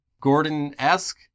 Gordon-esque